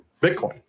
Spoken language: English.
Bitcoin